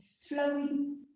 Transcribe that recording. flowing